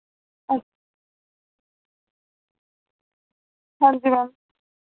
अच्छ हांजी मैम